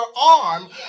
arm